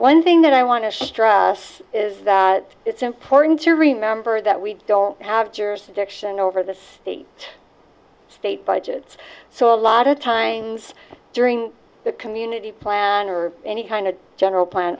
one thing that i want to stress is that it's important to remember that we don't have jurisdiction over the state budgets so a lot of times during the community plan or any kind of general plan